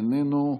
איננו,